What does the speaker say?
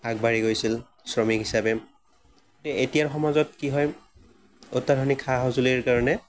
আগবাঢ়ি গৈছিল শ্ৰমিক হিচাপে এতিয়াৰ সমাজত কি হয় অত্যাধুনিক সা সঁজুলিৰ কাৰণে